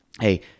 hey